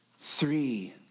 Three